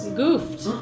goofed